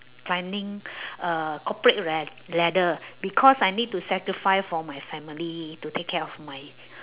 climbing uh corporate la~ ladder because I need to sacrifice for my family to take care of my